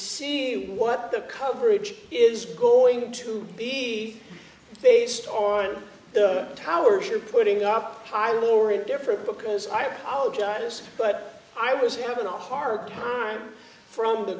see what the coverage is going to be based on the towers you're putting up hi laura different because i apologize but i was having a hard time from the